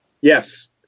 Yes